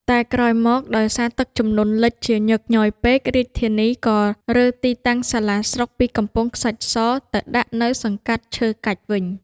តែក្រោយមក ដោយសារទឹកជំនន់លិចជាញឹកញយពេក រាជការក៏រើទីតាំងសាលាស្រុកពីកំពង់ខ្សាច់ស ទៅដាក់នៅ សង្កាត់ឈើកាច់ វិញ។